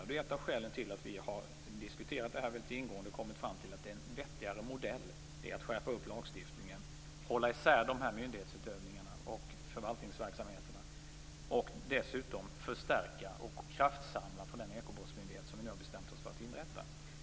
Det är ett av skälen till att vi har diskuterat detta mycket ingående och kommit fram till att det är en vettigare modell att skärpa lagstiftningen, hålla isär myndighetsutövningarna och förvaltningsverksamheterna och dessutom förstärka och kraftsamla på den ekobrottsmyndighet som vi nu har bestämt oss för att inrätta.